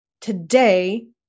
today